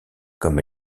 comme